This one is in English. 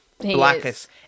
blackest